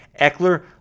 Eckler